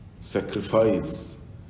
sacrifice